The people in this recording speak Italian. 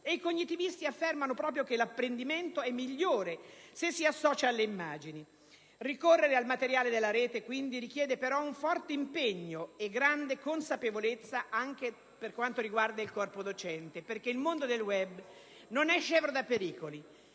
i cognitivisti affermano proprio che l'apprendimento è migliore se si associa alle immagini. Ricorrere al materiale in rete richiede però un forte impegno e grande consapevolezza anche per quanto riguarda il corpo docente, perché il mondo del *web* non è scevro da pericoli.